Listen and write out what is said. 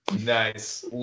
nice